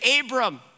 Abram